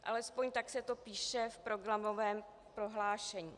Alespoň tak se to píše v programovém prohlášení.